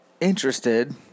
interested